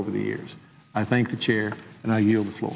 over the years i think it's here and i you know